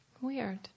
Weird